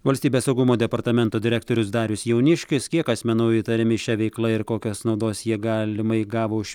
valstybės saugumo departamento direktorius darius jauniškis kiek asmenų įtariami šia veikla ir kokios naudos jie galimai gavo už